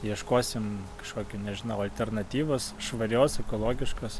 ieškosim kažkokių nežinau alternatyvos švarios ekologiškos